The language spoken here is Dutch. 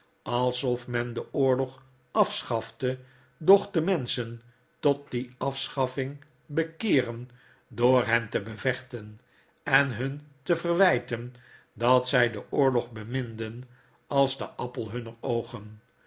alsof men den oorlog afschafte doch de menschen tot die afschamng bekeeren door hen te bevechten en hun te verwyten dat zy den oorlog beminden als den appel hunner